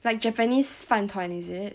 like japanese 饭团 is it